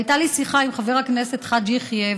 הייתה לי שיחה עם חבר הכנסת חאג' יחיא,